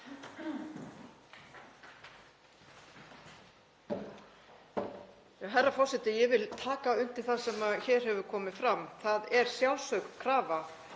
Herra forseti. Ég vil taka undir það sem hér hefur komið fram. Það er sjálfsögð krafa